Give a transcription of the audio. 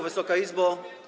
Wysoka Izbo!